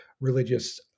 religious